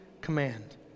command